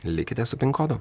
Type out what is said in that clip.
likite su pin kodu